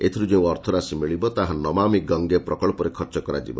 ଏଥିରୁ ଯେଉଁ ଅର୍ଥରାଶି ମିଳିବ ତାହା ନମାମି ଗଙ୍ଗେ ପ୍ରକଳ୍ପରେ ଖର୍ଚ୍ଚ କରାଯିବ